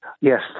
Yes